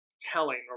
telling